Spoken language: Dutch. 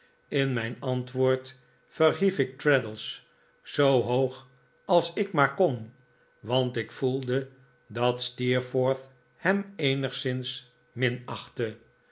in mijn antwoord verhief ik traddles zoo hoog als ik maar kon want ik voelde dat steerforth hem eenigszins